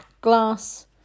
Glass